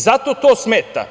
Zato to smeta.